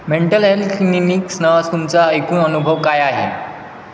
mental health क्लिनिक्सन तुमचा एकूण अनुभव काय आहे